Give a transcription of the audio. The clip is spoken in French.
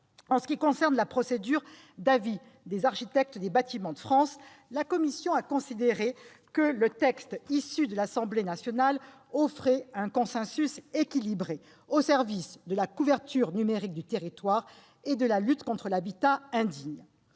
En ce qui concerne la procédure d'avis des architectes des Bâtiments de France, la commission a considéré que le texte issu de l'Assemblée nationale offrait un consensus équilibré au service de la couverture numérique du territoire et de lutte contre l'habitat indigne.